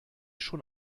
schon